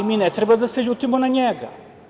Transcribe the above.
Mi ne treba da se ljutimo na njega.